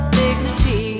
dignity